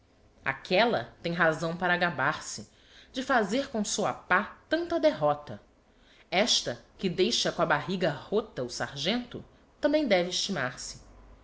aquella tem razão para gabar-se de fazer com sua pá tanta derrota esta que deixa co'a barriga rota ao sargento tambem deve estimar se